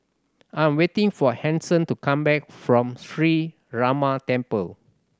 I am waiting for Hanson to come back from Sree Ramar Temple